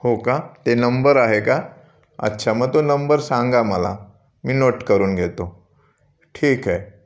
हो का ते नंबर आहे का अच्छा मग तो नंबर सांगा मला मी नोट करून घेतो ठीक आहे